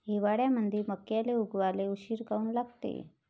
हिवाळ्यामंदी मक्याले उगवाले उशीर काऊन लागते?